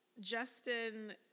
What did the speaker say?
Justin